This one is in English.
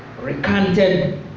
recanted